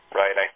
right